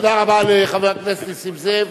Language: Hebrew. תודה רבה לחבר הכנסת נסים זאב.